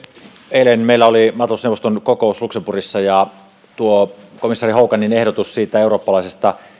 eilen meillä oli maatalousneuvoston kokous luxemburgissa ja komissaari hoganin ehdotus eurooppalaisesta